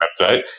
website